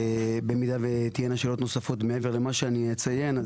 במידה ותהיינה שאלות נוספות מעבר למה שאני אציין,